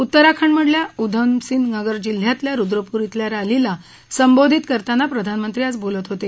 उत्तराखंडमधल्या उधमसिंह नगर जिल्ह्यातल्या रुद्रपूर धिल्या रॅलीला संबोधित करताना प्रधानमंत्री आज बोलत होते